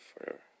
forever